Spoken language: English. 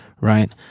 right